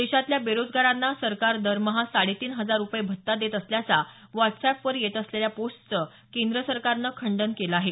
देशातल्या बेरोजगारांना सरकार दरमहा साडेतीन हजार रूपये भत्ता देत असल्याचा व्हॉटस अॅपवर येत असलेल्या पोस्टचं केंद्र सरकारनं खंडन केलं आहे